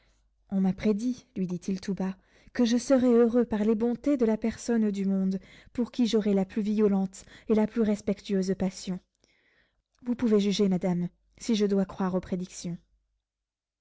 on m'a prédit lui dit-il tout bas que je serais heureux par les bontés de la personne du monde pour qui j'aurais la plus violente et la plus respectueuse passion vous pouvez juger madame si je dois croire aux prédictions